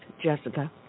Jessica